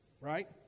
Right